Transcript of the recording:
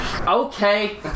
Okay